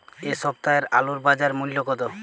এ সপ্তাহের আলুর বাজার মূল্য কত?